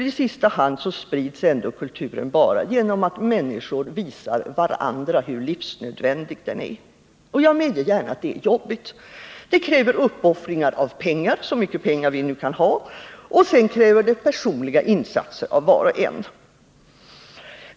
I sista hand sprids ändå kulturen bara genom att människor visar varandra hur livsnödvändig den är. Jag medger att detta är jobbigt. Det kräver uppoffringar i form av pengar — så mycket pengar vi nu kan ha — och sedan kräver det personliga insatser av var och en.